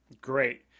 Great